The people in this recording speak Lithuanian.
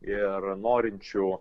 ir norinčių